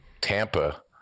tampa